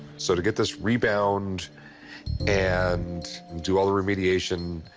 so to get this rebound and do all the remediation,